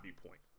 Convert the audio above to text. viewpoint